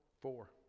four